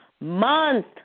month